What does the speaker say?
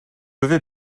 levé